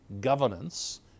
governance